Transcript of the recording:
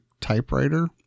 typewriter